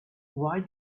why